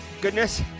goodness